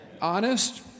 Honest